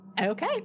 Okay